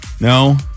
no